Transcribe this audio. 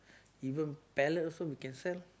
even palette also can sell